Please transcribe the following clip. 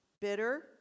Bitter